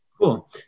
Cool